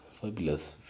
Fabulous